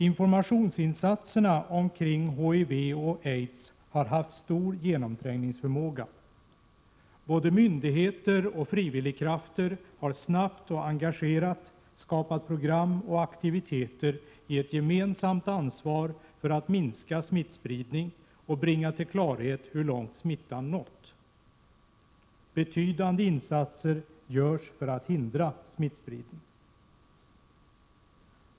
Informationsinsatserna omkring HIV och aids har haft stor genomträngningsförmåga. Både myndigheter och frivilligkrafter har snabbt och engagerat skapat program och aktiviteter i ett gemensamt ansvar för att minska smittspridning och klarlägga hur långt smittan nått. Betydande insatser görs för att hindra smittspridning.